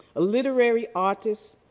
a literary artist,